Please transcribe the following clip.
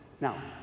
Now